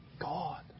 God